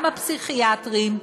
גם הפסיכיאטרים,